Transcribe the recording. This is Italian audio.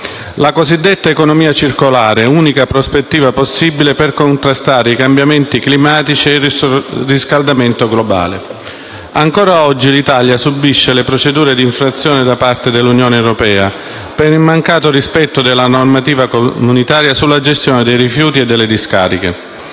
alla cosiddetta economia circolare, unica prospettiva possibile per contrastare i cambiamenti climatici e il surriscaldamento globale. Ancora oggi l'Italia subisce le procedure d'infrazione da parte dell'Unione europea per il mancato rispetto della normativa comunitaria sulla gestione dei rifiuti e delle discariche.